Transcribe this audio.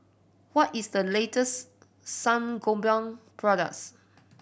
what is the latest Sangobion products